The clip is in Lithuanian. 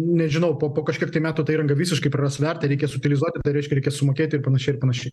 nežinau po po kažkiek tai metų tai yra visiškai praras vertę reikės utilizuoti tai reikės sumokėti panašiai ir panašiai